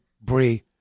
Bree